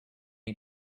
you